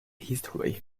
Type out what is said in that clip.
history